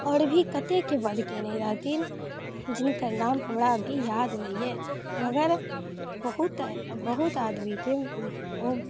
आओर भी कतेकके वध कयने रहथिन जिनकर नाम हमरा अभी याद नहि अइ मगर बहुत बहुत आदमीके ओ